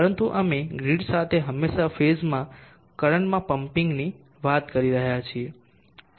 પરંતુ અમે ગ્રીડ સાથે હંમેશા ફેઝમાં કરંટમાં પંમ્પિંગની વાત કરી રહ્યા છીએ